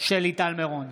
שלי טל מירון,